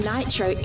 Nitro